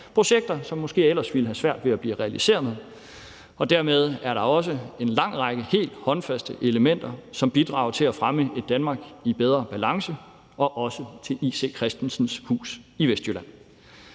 projekter, som måske ellers ville have været svære at realisere, og dermed er der også en lang række helt håndfaste elementer, som bidrager til at fremme et Danmark i bedre balance – og også til I.C. Christensens hus i Vestjylland.